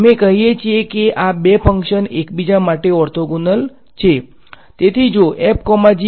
અમે કહીએ છીએ કે આ બે ફંકશન્સ એકબીજા માટે ઓર્થોગોનલ છે